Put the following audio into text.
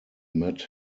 met